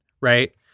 right